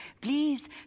Please